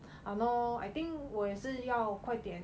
!hannor! I think 我也是要快点